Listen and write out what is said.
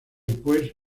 pues